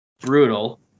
brutal